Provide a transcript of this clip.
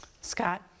Scott